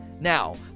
Now